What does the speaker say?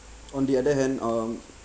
on the other hand mm